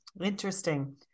Interesting